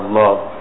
love